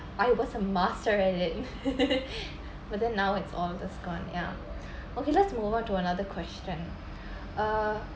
I was a master at it but then now it's all that's gone ya okay let's move on to another question uh